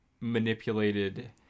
manipulated